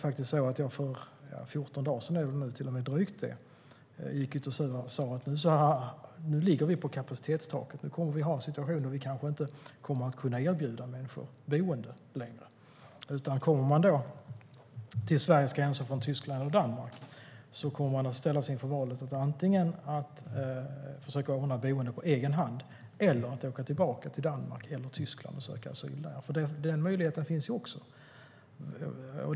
För drygt 14 dagar sedan gick jag ut och sa att vi nu har nått kapacitetstaket, att vi nu kommer att ha en situation där vi kanske inte längre kan erbjuda människor boende. Om man då kommer till Sveriges gräns från Tyskland eller Danmark ställs man inför valet att antingen försöka ordna boende på egen hand eller att åka tillbaka till Danmark eller Tyskland och söka asyl där. Den möjligheten finns.